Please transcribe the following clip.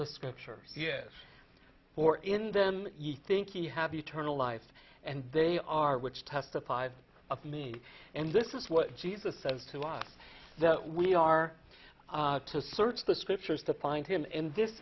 the scriptures yes or in then you think you have eternal life and they are which testify of me and this is what jesus says to us that we are to search the scriptures to find him and this